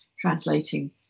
translating